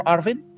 Arvin